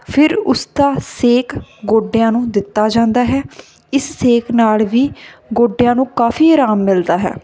ਫਿਰ ਉਸਦਾ ਸੇਕ ਗੋਡਿਆਂ ਨੂੰ ਦਿੱਤਾ ਜਾਂਦਾ ਹੈ ਇਸ ਸੇਕ ਨਾਲ ਵੀ ਗੋਡਿਆਂ ਨੂੰ ਕਾਫ਼ੀ ਆਰਾਮ ਮਿਲਦਾ ਹੈ